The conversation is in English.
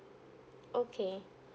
okay